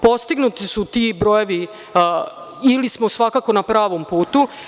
Postignuti su ti brojevi ili smo svakako na pravom putu.